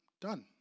done